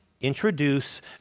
introduce